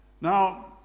Now